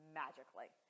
magically